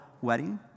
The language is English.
wedding